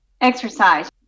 exercise